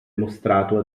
mostrato